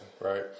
right